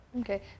okay